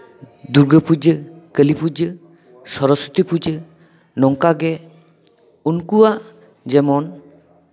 ᱫᱩᱨᱜᱟᱹᱯᱩᱡᱟᱹ ᱠᱟᱹᱞᱤᱯᱩᱡᱟᱹ ᱥᱚᱨᱚᱥᱚᱛᱤ ᱯᱩᱡᱟᱹ ᱱᱚᱝᱠᱟᱜᱮ ᱩᱱᱠᱩᱣᱟᱜ ᱡᱮᱢᱚᱱ